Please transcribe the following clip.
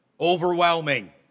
overwhelming